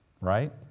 Right